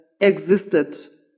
existed